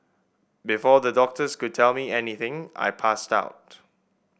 before the doctors could tell me anything I passed out